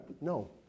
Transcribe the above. No